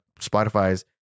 Spotify's